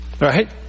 right